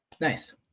Nice